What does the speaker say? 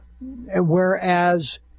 Whereas